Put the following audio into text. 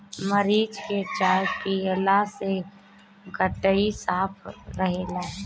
मरीच के चाय पियला से गटई साफ़ रहेला